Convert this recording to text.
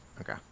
Okay